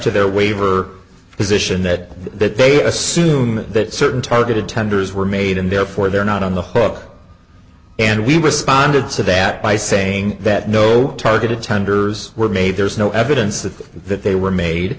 to their waiver position that that they assume that certain targeted tenders were made and therefore they're not on the hook and we responded to that by saying that no target attenders were made there's no evidence of that they were made